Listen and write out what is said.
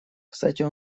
кстати